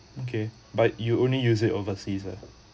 okay but you only use it overseas